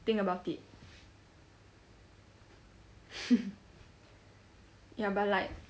think about it ya but like